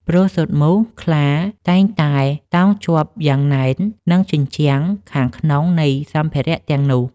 ព្រោះស៊ុតមូសខ្លាតែងតែតោងជាប់យ៉ាងណែននឹងជញ្ជាំងខាងក្នុងនៃសម្ភារៈទាំងនោះ។